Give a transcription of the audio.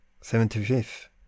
Seventy-fifth